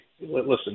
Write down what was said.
Listen